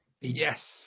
Yes